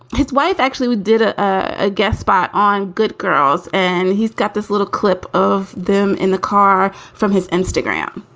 his wife actually did a ah guest spot on good girls and he's got this little clip of them in the car from his instagram